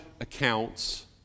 accounts